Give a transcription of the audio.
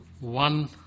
one